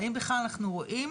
האם בכלל אנחנו רואים